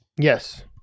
Yes